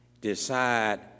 decide